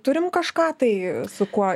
turim kažką tai su kuo